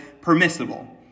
permissible